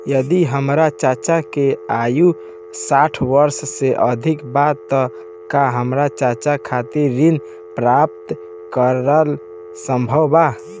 यदि हमर चाचा की आयु साठ वर्ष से अधिक बा त का हमर चाचा खातिर ऋण प्राप्त करल संभव बा